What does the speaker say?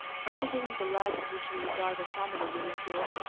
considering the light in which you regard the family, william yorke,